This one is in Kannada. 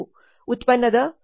ಉತ್ಪನ್ನದ ಮೊದಲ ತುಣುಕು